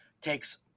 takes